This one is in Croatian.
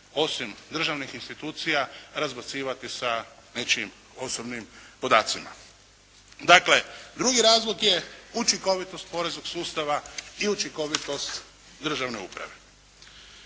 osim državnih institucija, razbacivati sa nečijim osobnim podacima. Dakle, drugi razlog je učinkovitost poreznog sustava i učinkovitost državne uprave.